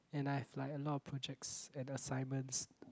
and I have like a lot of projects and assignments